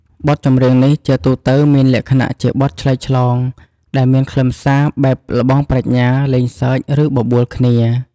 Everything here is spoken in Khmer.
បទចម្រៀងនេះជាទូទៅមានលក្ខណៈជាបទឆ្លើយឆ្លង ដែលមានខ្លឹមសារបែបល្បងប្រាជ្ញា លេងសើច ឬបបួលគ្នា។